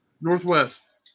Northwest